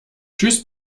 tschüss